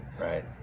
Right